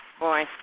Boy